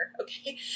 Okay